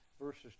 verses